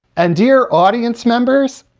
and dear, audience members,